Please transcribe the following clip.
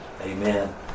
Amen